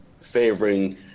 favoring